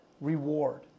reward